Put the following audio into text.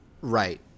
Right